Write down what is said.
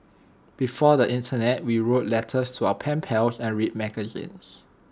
before the Internet we wrote letters to our pen pals and read magazines